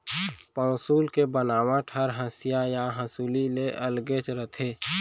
पौंसुल के बनावट हर हँसिया या हँसूली ले अलगेच रथे